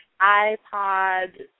iPod